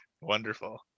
wonderful